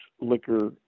Liquor